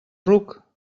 ruc